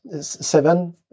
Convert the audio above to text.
seven